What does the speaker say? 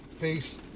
Peace